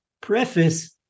preface